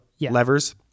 levers